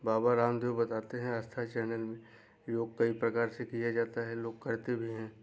बाबा रामदेव बताते हैं आस्था चैनल में योग कई प्रकार से किया जाता है लोग करते भी हैं